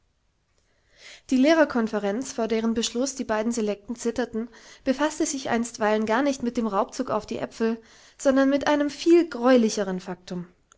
die lehrerconferenz vor deren beschluß die beiden selekten zitterten befaßte sich einstweilen gar nicht mit dem raubzug auf die äpfel sondern mit einem viel gräulicheren faktum